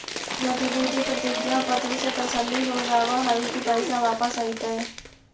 प्रतिभूति प्रतिज्ञा पत्र से तसल्ली हो जावअ हई की पैसा वापस अइतइ